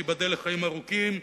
שייבדל לחיים ארוכים,